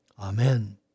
Amen